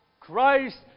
Christ